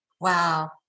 Wow